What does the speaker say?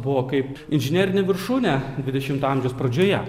buvo kaip inžinerinė viršūnė dvidešimto amžiaus pradžioje